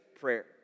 prayer